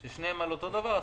שניהם אותו דבר?